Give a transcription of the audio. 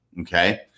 okay